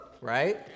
Right